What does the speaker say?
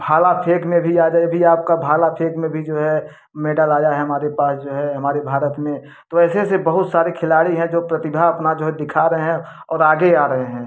भाला फेंक में भी आ जाइए अभी आपका भाला फेंक में भी जो है मेडल आया है हमारे पास जो है हमारे भारत में तो ऐसे ऐसे बहुत सारे खिलाड़ी हैं जो प्रतिभा अपना जो है दिखा रहे हैं और आगे आ रहे हैं